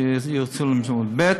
שירצו להמשיך ללמוד, ב.